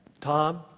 Tom